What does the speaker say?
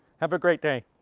have a great day!